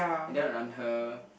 and then on her